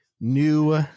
new